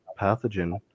pathogen